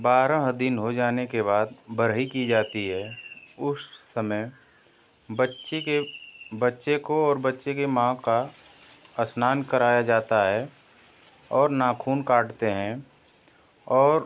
बारह दिन हो जाने के बाद बरहई कि जाती है उस समय बच्चे के बच्चे को और बच्चे के माँ का स्नान कराया जाता है और नाखून काटते हैं और